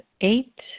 eight